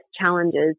challenges